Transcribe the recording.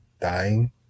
dying